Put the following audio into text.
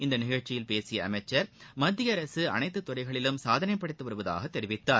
இந்த நிகழ்ச்சியில் பேசிய அமைச்சர் மத்திய அரசு அனைத்து துறைகளிலும் சாதனை படைத்து வருவதாகத் தெரிவித்தார்